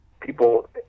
people